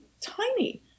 tiny